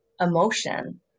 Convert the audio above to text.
emotion